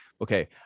okay